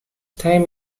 time